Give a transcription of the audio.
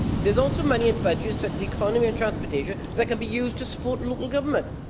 there is also money in budgets, such as economy and transportation, that can be used to support and local government.